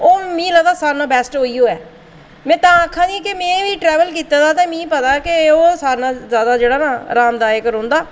ओह् मिगी लगदा कि सारें कोला बैस्ट ओही ऐ ते में तां आक्खा दी कि में बी ट्रैवल कीते दा ते तां पता की ओह् सारें कोला ज्यादा ना आरामदायक रौंह्दा